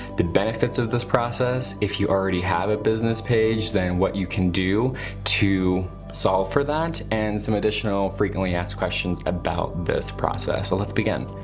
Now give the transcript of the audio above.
the benefits of this process. if you already have a business page, then what you can do to solve for that and some additional frequently asked questions about this process. so let's begin.